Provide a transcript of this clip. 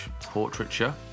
portraiture